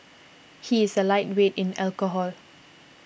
he is a lightweight in alcohol